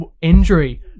injury